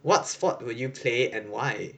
what sport would you play and why